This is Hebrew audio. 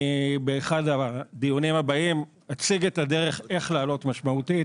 אני באחד הדיונים הבאים אציג את הדרך איך להעלות משמעותית